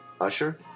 Usher